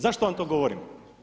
Zašto vam to govorim.